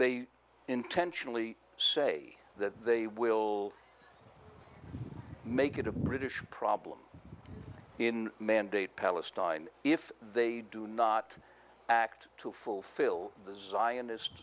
they intentionally say that they will make it a british problem in mandate palestine if they do not act to fulfill the zionist